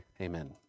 amen